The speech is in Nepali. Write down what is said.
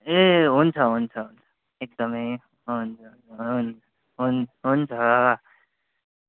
ए हुन्छ हुन्छ हुन्छ एकदमै हुन्छ हुन्छ हुन् हुन्छ